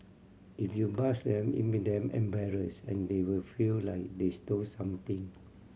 if you buzz them it make them embarrassed and they will feel like they stole something